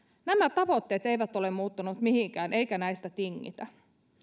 nämä tavoitteet eivät ole muuttuneet mihinkään eikä näistä tingitä